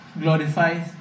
glorifies